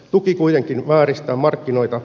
tuki kuitenkin vääristää markkinoita